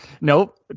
Nope